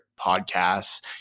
podcasts